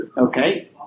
Okay